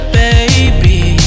baby